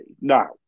Now